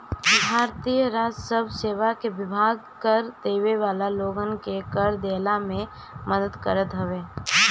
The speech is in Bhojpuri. भारतीय राजस्व सेवा विभाग कर देवे वाला लोगन के कर देहला में मदद करत हवे